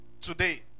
today